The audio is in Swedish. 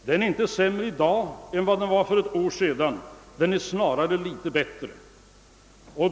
Den är inte sämre i dag än den var för ett år sedan; snarare är den litet bättre.